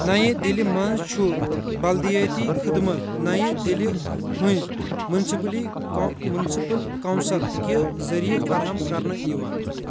نیہِ دلہِ منٛز چھُ بلدِیٲتی خدمات نیہِ دلہِ ہٕنٛزۍ موٗنسپلی کوں موٗنسِپَل کونسل کہِ ذٔریعہٟ فراہم کرنہٕ یوان